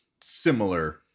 similar